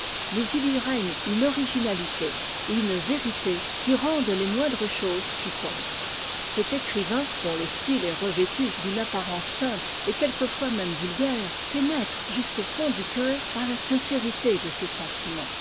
mais il y règne une originalité et une vérité qui rendent les moindres choses piquantes cet écrivain dont le style est revêtu d'une apparence simple et quelquefois même vu gaire pénètre jusqu'au fond du coeur par la sincérité de ses sentiments